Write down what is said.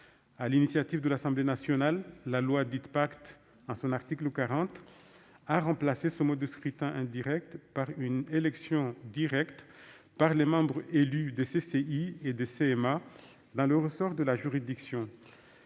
l'initiative de l'Assemblée nationale, l'article 40 de la loi Pacte a remplacé ce scrutin indirect par une élection directe par les membres élus des CCI et des CMA dans le ressort de la juridiction,